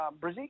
Brizzy